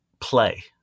Play